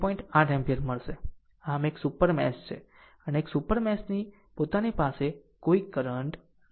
8 ampere મળશે આમ એક સુપર મેશ છે એક સુપર મેશ ની પોતાની પાસે કોઈ કરંટ નથી